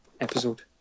episode